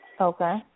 Okay